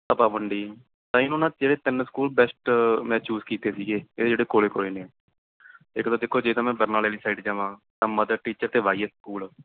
ਪਵਾਵੰਡੀ ਇਹਨੂੰ ਨਾ ਜਿਹੜੇ ਤਿੰਨ ਸਕੂਲ ਬੈਸਟ ਮੈਂ ਚੂਜ ਕੀਤੇ ਸੀਗੇ ਇਹ ਜਿਹੜੇ ਕੋਲ ਕੋਲ ਨੇ ਇੱਕ ਤਾਂ ਦੇਖੋ ਜੇ ਤਾਂ ਮੈਂ ਬਰਨਾਲੇ ਵਾਲੀ ਸਾਈਡ ਜਾਵਾਂ ਤਾਂ ਮਦਰ ਟੀਚਰ ਅਤੇ ਵਾਈ ਐਸ ਸਕੂਲ